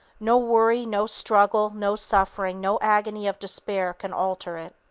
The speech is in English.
no worry, no struggle, no suffering, no agony of despair can alter it.